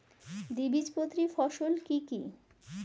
দ্বিবীজপত্রী ফসল কি কি?